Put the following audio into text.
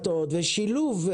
רפתות ושילוב,